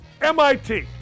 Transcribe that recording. MIT